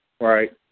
Right